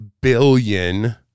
billion